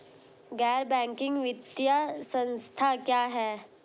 गैर बैंकिंग वित्तीय संस्था क्या है?